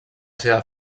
seva